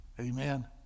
Amen